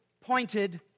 pointed